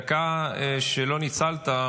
בדקה שלא ניצלת,